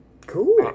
Cool